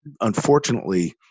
unfortunately